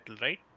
right